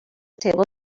table